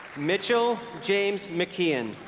mitchell james mckeon